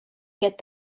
get